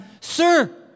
Sir